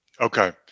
okay